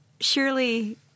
surely